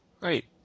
Right